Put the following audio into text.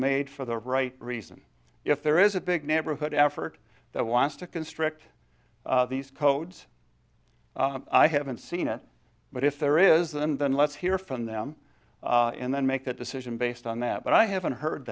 made for the right reason if there is a big neighborhood effort that wants to constrict these codes i haven't seen it but if there isn't then let's hear from them and then make that decision based on that but i haven't heard